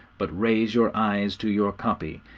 but raise your eyes to your copy,